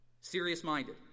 serious-minded